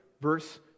verse